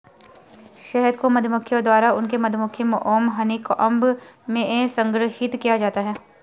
शहद को मधुमक्खियों द्वारा उनके मधुमक्खी मोम हनीकॉम्ब में संग्रहीत किया जाता है